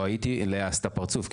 לאה עשתה פרצוף,